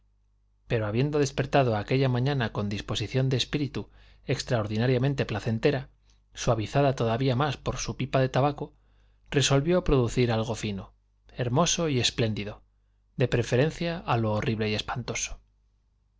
pero habiendo despertado aquella mañana con disposición de espíritu extraordinariamente placentera suavizada todavía más por su pipa de tabaco resolvió producir algo fino hermoso y espléndido de preferencia a lo horrible y espantoso